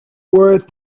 worth